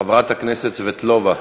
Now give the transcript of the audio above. חברת הכנסת סבטלובה,